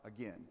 again